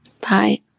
Bye